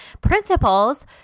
principles